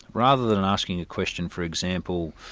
rather than and asking a question for example,